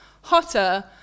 hotter